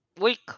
week